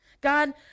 God